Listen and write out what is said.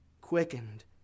Quickened